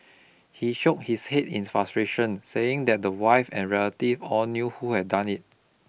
he shook his head in frustration saying that the wife and relative all knew who had done it